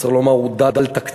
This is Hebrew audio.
שצריך לומר: הוא דל-תקציב,